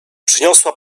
przyniosła